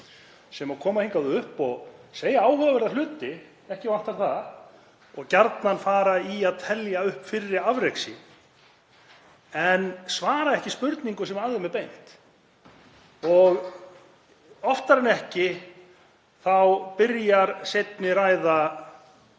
sem koma hingað upp og segja áhugaverða hluti — ekki vantar það og fara gjarnan í að telja upp fyrri afrek sín — en svara ekki spurningum sem að þeim er beint. Oftar en ekki byrjar seinni ræða